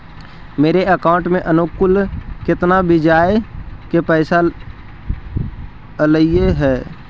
मेरे अकाउंट में अनुकुल केतना बियाज के पैसा अलैयहे?